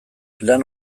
lan